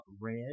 red